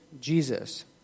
Jesus